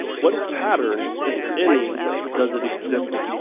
what pattern if any does it exhibit?